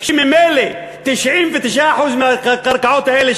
שממילא 99% מהקרקעות האלה,